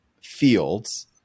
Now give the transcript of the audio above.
fields